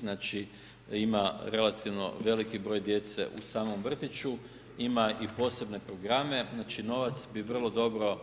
Znači ima relativno veliki broj djece u samom vrtiću, ima i posebne programe, znači novac bi vrlo dobro